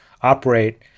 operate